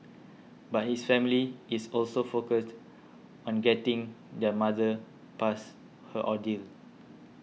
but his family is also focused on getting their mother past her ordeal